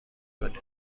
کنیم